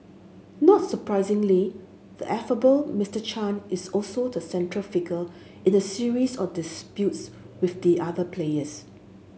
not surprisingly the affable Mister Chan is also the central figure in a series of disputes with the other players